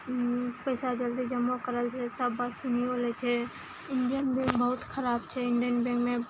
पैसा जल्दी जमो कयल छै सब बात सुनिओ लै छै इंडियन बैंक बहुत खराब छै इंडियन बैंक मे